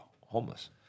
homeless